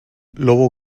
lobo